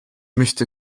möchte